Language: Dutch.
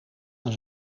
aan